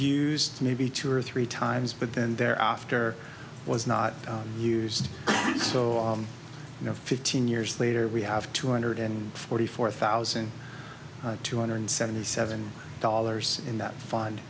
used maybe two or three times but then there are often was not used so you know fifteen years later we have two hundred and forty four thousand two hundred seventy seven dollars in that fund